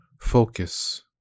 focus